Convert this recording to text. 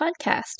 Podcast